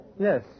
Yes